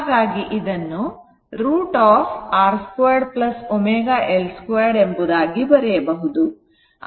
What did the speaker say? ಹಾಗಾಗಿ ಇದನ್ನು √R 2 ω L 2 ಎಂಬುದಾಗಿ ಬರೆಯಬಹುದು